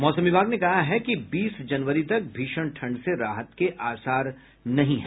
मौसम विभाग ने कहा है कि बीस जनवरी तक भीषण ठंड से राहत के आसार नहीं है